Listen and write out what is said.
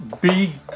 big